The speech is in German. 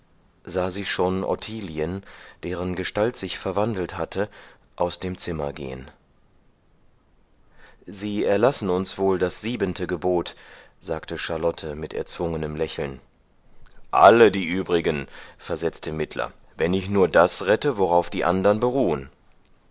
sah sie schon ottilien deren gestalt sich verwandelt hatte aus dem zimmer gehen sie erlassen uns wohl das siebente gebot sagte charlotte mit erzwungenem lächeln alle die übrigen versetzte mittler wenn ich nur das rette worauf die andern beruhen